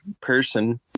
person